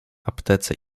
aptece